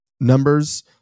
numbers